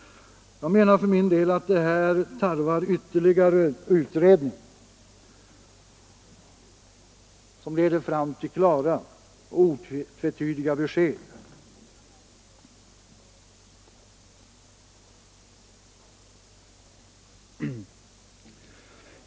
Jag menar för min del att detta tarvar ytterligare utredning, som leder fram till klara och otvetydiga besked.